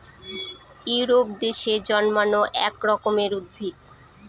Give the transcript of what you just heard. Europe দেশে জন্মানো এক রকমের উদ্ভিদ